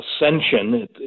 ascension